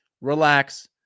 Relax